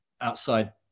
outside